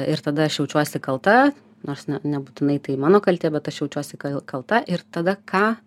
ir tada aš jaučiuosi kalta nors ne nebūtinai tai mano kaltė bet aš jaučiuosi ka kalta ir tada ką